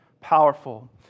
powerful